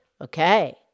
Okay